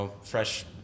fresh